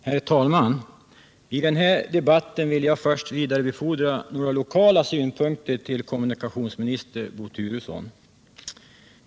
Herr talman! I den här debatten vill jag först vidarebefordra några lokala synpunkter till kommunikationsminister Bo Turesson.